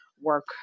work